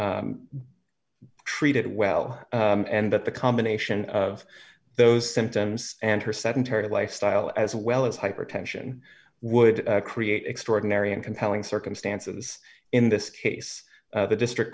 treated well and that the combination of those symptoms and her sedentary lifestyle as well as hypertension would create extraordinary and compelling circumstances in this case the district